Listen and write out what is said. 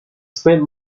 spent